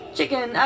Chicken